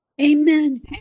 Amen